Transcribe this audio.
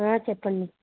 చెప్పండి